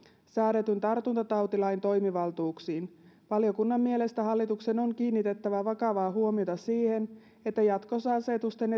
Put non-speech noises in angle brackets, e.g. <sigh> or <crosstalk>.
säädetyn tartuntatautilain toimivaltuuksiin valiokunnan mielestä hallituksen on kiinnitettävä vakavaa huomiota siihen että jatkossa asetusten <unintelligible>